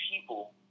people